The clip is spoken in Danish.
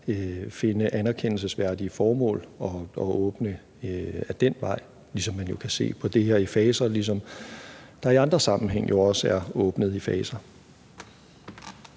finde anerkendelsesværdige formål og åbne ad den vej, og man kan jo se på det her i faser, ligesom der er i andre sammenhænge også er åbnet i faser.